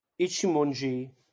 Ichimonji